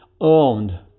owned